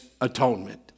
atonement